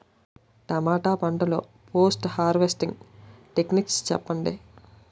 టమాటా పంట లొ post harvesting techniques చెప్పండి?